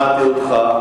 במקרים כאלה, שמעתי אותך.